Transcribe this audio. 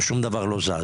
ושום דבר לא זז.